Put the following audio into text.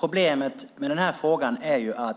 Problemet med detta är att